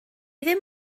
ddim